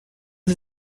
sie